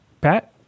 Pat